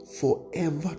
forever